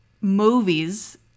movies